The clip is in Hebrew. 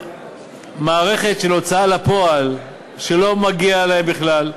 במערכת של הוצאה לפועל שלא מגיעה להם בכלל.